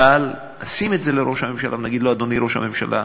אבל נשים את זה לראש הממשלה ונגיד לו: אדוני ראש הממשלה,